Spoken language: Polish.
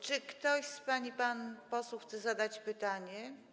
Czy ktoś z pań i panów posłów chce zadać pytanie?